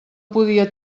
podia